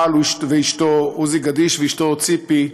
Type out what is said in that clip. בעל ואשתו, עוזי גדיש ואשתו ציפי,